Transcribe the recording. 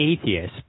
atheist